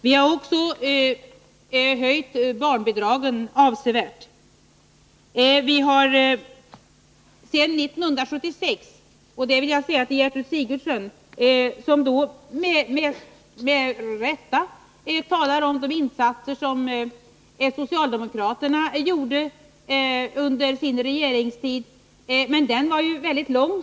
Vi har också avsevärt höjt barnbidragen. Gertrud Sigurdsen talade med rätta om socialdemokraternas insatser under deras regeringstid, som ju, vilket Gertrud Sigurdsen själv sade, var väldigt lång.